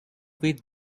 with